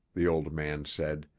the old man said.